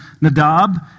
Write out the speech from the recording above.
Nadab